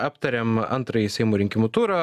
aptarėm antrąjį seimo rinkimų turą